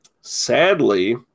Sadly